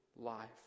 Life